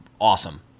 awesome